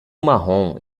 marrom